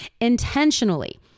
Intentionally